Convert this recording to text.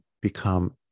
become